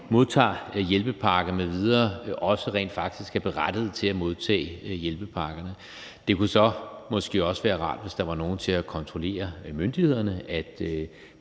modtager hjælpepakker m.v., rent faktisk også er berettiget til at modtage hjælpepakkerne. Det kunne så måske også være rart, hvis der var nogle til at kontrollere myndighederne,